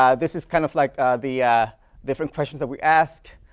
um this is kind of like the different questions that we asked.